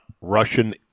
Russian